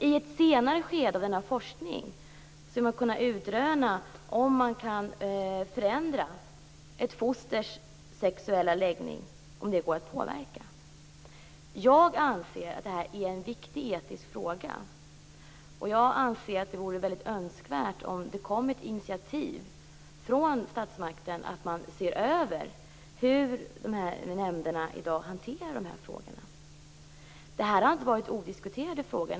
I ett senare skede av denna forskning skall man kunna utröna om man kan förändra ett fosters sexuella läggning, alltså om denna går att påverka. Jag anser att det här är en viktig etisk fråga. Jag anser att det vore väldigt önskvärt om det kom ett initiativ från statsmakten om att man ser över hur de här nämnderna i dag hanterar dessa frågor. Detta har inte varit odiskuterade frågor.